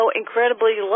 incredibly